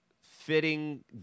fitting